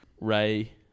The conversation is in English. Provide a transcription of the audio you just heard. Ray